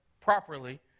properly